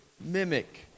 mimic